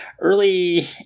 early